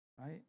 Right